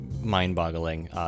mind-boggling